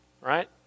right